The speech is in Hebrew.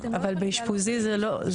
אבל באשפוזי זה לא.